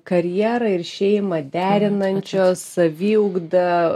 karjerą ir šeimą derinančios saviugdą